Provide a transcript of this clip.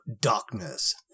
Darkness